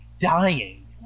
dying